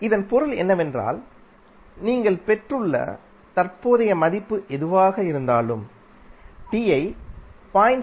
இதன் பொருள் என்னவென்றால் நீங்கள் பெற்றுள்ள தற்போதைய மதிப்பு எதுவாக இருந்தாலும் t யை 0